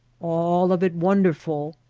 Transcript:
all of it wonderful,